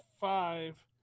five